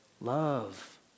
Love